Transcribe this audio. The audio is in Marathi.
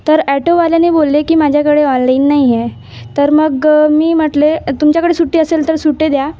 तर ॲटोवाल्यांनी बोलले की माझ्याकडे ऑनलाईन नाही आहे तर मग मी म्हटले तुमच्याकडे सुट्टे असेल तर सुट्टे द्या